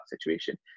situation